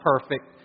perfect